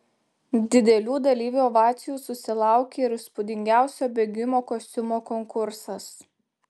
didelių dalyvių ovacijų susilaukė ir įspūdingiausio bėgimo kostiumo konkursas